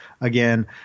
again